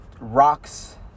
rocks